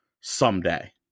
someday